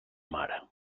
mare